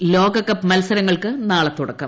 hockey ലോകകപ്പ് മത്സരങ്ങൾക്ക് നാളെ തുടക്കം